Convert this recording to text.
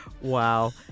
Wow